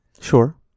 Sure